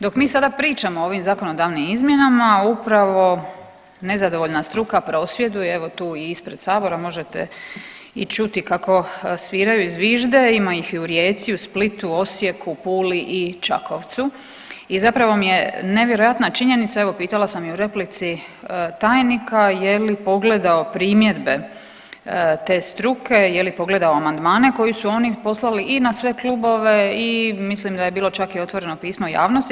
Dok mi sada pričamo o ovim zakonodavnim izmjenama upravo nezadovoljna struka prosvjeduje evo tu ispred sabora, možete i čuti kako sviraju i zvižde, ima ih i u Rijeci, u Splitu, Osijeku, Puli i Čakovcu i zapravo mi je nevjerojatna činjenica evo pitala sam i u replici tajnika je li pogledao primjedbe te struke, je li pogledao amandmane koje su oni poslali i na sve klubove i mislim da je bilo čak i otvoreno pismo javnosti.